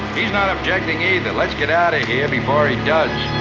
he's not objecting, either. let's get out of here before he does.